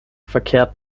verkehrt